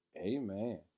amen